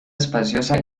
espaciosa